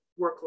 workload